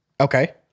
okay